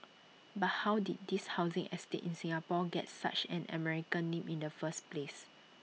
but how did this housing estate in Singapore get such an American name in the first place